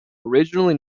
originally